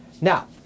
Now